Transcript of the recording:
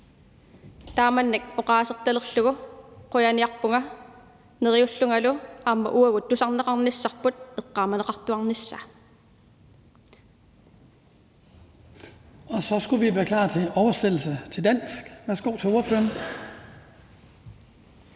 Så skulle vi være klar til en oversættelse til dansk. Værsgo til ordføreren.